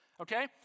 okay